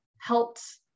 helped